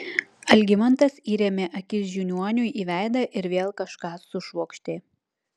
algimantas įrėmė akis žiniuoniui į veidą ir vėl kažką sušvokštė